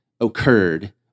occurred